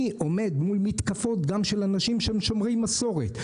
אני עומד מול מתקפות גם של אנשים שהם שומרי מסורת.